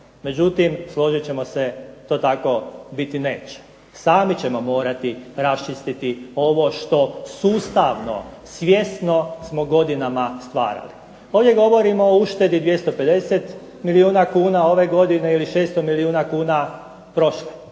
Međutim, složit ćemo se to tako biti neće. Sami ćemo morati raščistiti ovo što sustavno, svjesno smo godinama stvarali. Ovdje govorimo o uštedi 250 milijuna kuna ove godine ili 600 milijuna kuna prošle.